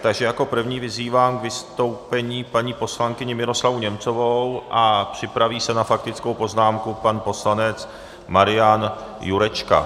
Takže jako první vyzývám k vystoupení paní poslankyni Miroslavu Němcovou a připraví se na faktickou poznámku pan poslanec Marian Jurečka.